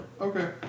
Okay